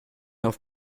auf